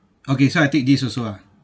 okay so I take this also ah